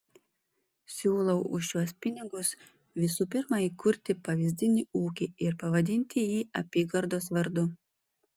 siūlau už šiuos pinigus visų pirma įkurti pavyzdinį ūkį ir pavadinti jį apygardos vardu